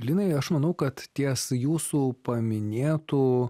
linai aš manau kad ties jūsų paminėtu